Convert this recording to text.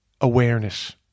awareness